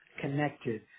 connected